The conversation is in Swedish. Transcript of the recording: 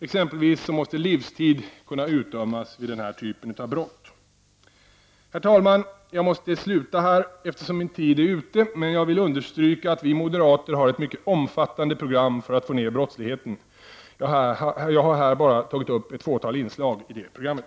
Exempelvis måste livstidsstraff kunna utdömas vid den här typen av brott. Herr talman! Taletiden är slut. Jag vill bara understryka att vi moderater har ett mycket omfattande program när det gäller att få ned brottsligheten. Jag har här bara tagit upp ett fåtal inslag i det programmet.